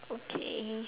okay